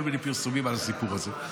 כל מיני פרסומים על הסיפור הזה.